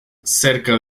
cerca